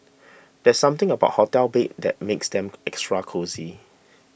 there's something about hotel beds that makes them extra cosy